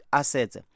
assets